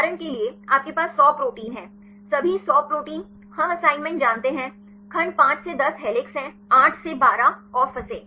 उदाहरण के लिए आपके पास 100 प्रोटीन हैं सभी 100 प्रोटीन हम असाइनमेंट जानते हैं खंड 5 से 10 हेलिक्स है 8 से 12 और फंसे